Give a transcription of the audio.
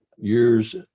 years